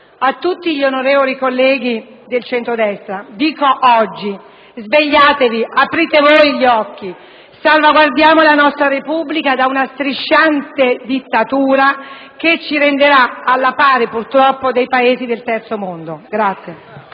A tutti gli onorevoli colleghi del centrodestra dico oggi: svegliatevi! Aprite voi gli occhi! Salvaguardiamo la nostra Repubblica da una strisciante dittatura che ci renderà alla pari, purtroppo, dei Paesi del Terzo mondo.